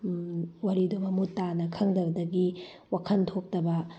ꯋꯥꯔꯤꯗꯨ ꯃꯃꯨꯠ ꯇꯥꯅ ꯈꯪꯗꯕꯗꯒꯤ ꯋꯥꯈꯜ ꯊꯣꯛꯇꯕ